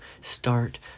start